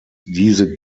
diese